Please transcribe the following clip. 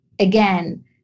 again